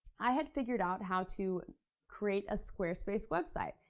i had figured out how to create a squarespace website.